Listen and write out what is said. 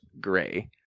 gray